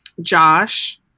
Josh